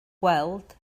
gweld